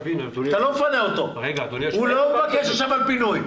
הוא לא מדבר עכשיו על פינוי.